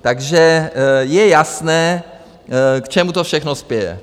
Takže je jasné, k čemu to všechno spěje.